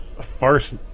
First